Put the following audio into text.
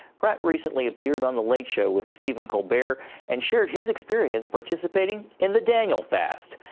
but recently appeared on the late show with stephen colbert and shared his experience participating in the daniel fast,